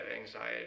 anxiety